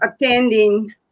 attending